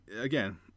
again